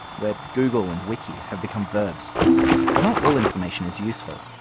where google and wiki have become verbs but not all information is useful.